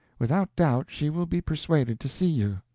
without doubt she will be persuaded to see you.